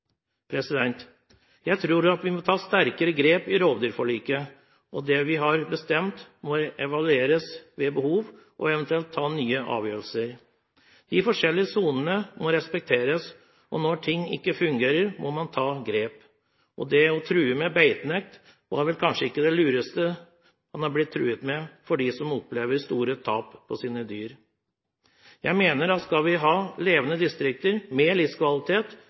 Jeg tror at vi må ta sterkere grep i rovdyrforliket. Det vi har bestemt, må evalueres ved behov, og det må eventuelt tas nye avgjørelser. De forskjellige sonene må respekteres, og når ting ikke fungerer, må man ta grep. Det å true med beitenekt var vel kanskje ikke det lureste overfor dem som opplever store tap av dyr. Jeg mener at skal vi ha levende distrikter med livskvalitet